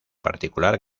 particular